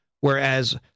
whereas